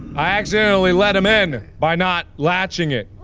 i accidentally let him in, by not latching it.